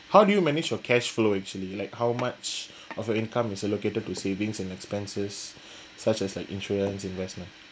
how do you manage your cash flow actually like how much of your income is allocated to savings and expenses such as like insurance investment